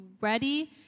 ready